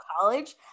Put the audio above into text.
college